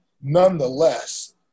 nonetheless